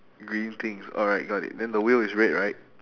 green things alright got it then the wheel is red right